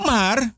Mar